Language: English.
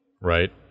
right